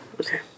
Okay